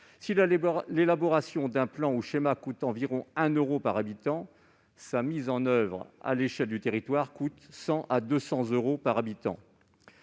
Si l'élaboration d'un plan ou d'un schéma coûte environ 1 euro par habitant, sa mise en oeuvre à l'échelle du territoire coûte 100 à 200 euros par habitant.